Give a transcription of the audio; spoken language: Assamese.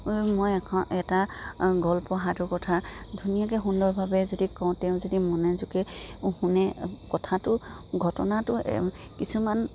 মই এখন এটা গল্প সাধুকথা ধুনীয়াকৈ সুন্দৰভাৱে যদি কওঁ তেওঁ যদি মনোযোগে শুনে কথাটো ঘটনাটো কিছুমান